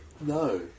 No